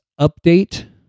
update